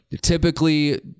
Typically